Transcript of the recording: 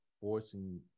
forcing